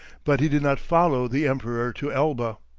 but he did not follow the emperor to elba.